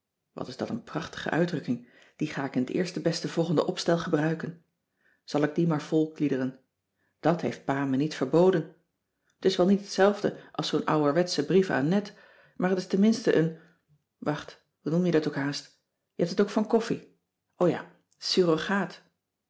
wat is dat een prachtige uitdrukking die ga ik in t eerste beste volgende opstel gebruiken zal ik die maar volkliederen dat heeft pa me niet verboden t is wel niet hetzelfde als zoo'n ouwerwetsche brief aan net cissy van marxveldt de h b s tijd van joop ter heul maar het is tenminste een wacht hoe noem je dat ook haast je hebt het ook van koffie o ja